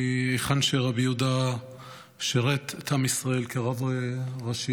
מהיכן שרבי יהודה שירת את עם ישראל כרב ראשי,